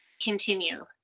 continue